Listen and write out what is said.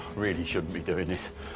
really shouldn't be doing this. i